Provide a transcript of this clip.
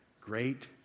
Great